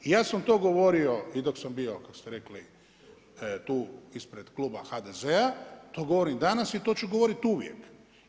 I ja sam to govorio i dok sam bio kak ste rekli tu ispred kluba HDZ-a, to govorim danas i to ću govoriti uvijek.